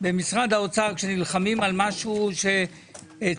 במשרד האוצר כשנלחמים על משהו שצריך